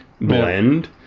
blend